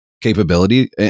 capability